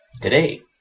today